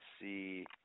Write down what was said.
see